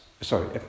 sorry